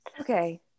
Okay